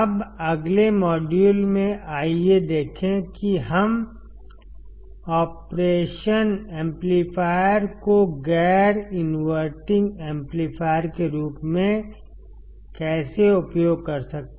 अब अगले मॉड्यूल में आइए देखें कि हम ऑपरेशन एम्पलीफायर को गैर इनवर्टिंग एम्पलीफायर के रूप में कैसे उपयोग कर सकते हैं